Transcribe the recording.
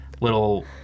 little